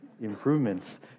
improvements